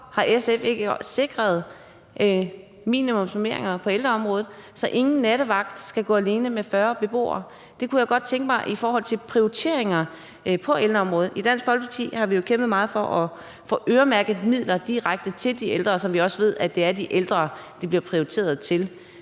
har SF ikke sikret minimumsnormeringer på ældreområdet, så ingen nattevagt skal være alene med 40 beboere? Det kunne jeg godt tænke mig i forhold til prioriteringer på ældreområdet. I Dansk Folkeparti har vi jo kæmpet meget for at få øremærket midler direkte til de ældre, så vi også ved, at det er de ældre, de bliver prioriteret til.